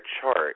chart